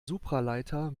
supraleiter